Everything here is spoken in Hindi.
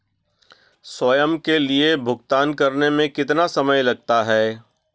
स्वयं के लिए भुगतान करने में कितना समय लगता है?